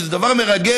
שזה דבר מרגש,